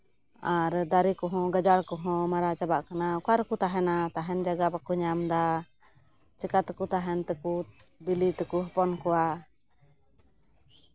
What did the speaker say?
ᱟᱨ ᱫᱟᱨᱮ ᱠᱚᱦᱚᱸ ᱜᱟᱡᱟᱲ ᱠᱚᱦᱚᱸ ᱢᱟᱨᱟᱣ ᱪᱟᱵᱟᱜ ᱠᱟᱱᱟ ᱚᱠᱟ ᱨᱮᱠᱚ ᱛᱟᱦᱮᱱᱟ ᱛᱟᱦᱮᱱ ᱡᱟᱭᱜᱟ ᱵᱟᱠᱚ ᱧᱟᱢ ᱮᱫᱟ ᱪᱤᱠᱟᱹ ᱛᱮᱠᱚ ᱛᱟᱦᱮᱱ ᱛᱮᱠᱚ ᱵᱤᱞᱤ ᱛᱮᱠᱚ ᱦᱚᱯᱚᱱ ᱠᱚᱣᱟ